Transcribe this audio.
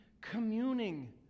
communing